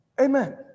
Amen